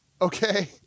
Okay